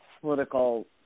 political